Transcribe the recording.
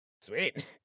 sweet